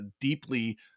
deeply